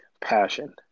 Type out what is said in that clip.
passion